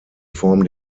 form